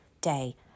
day